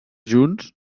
junts